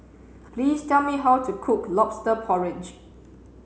please tell me how to cook Lobster Porridge